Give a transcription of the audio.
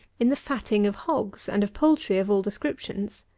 in the fatting of hogs and of poultry of all descriptions.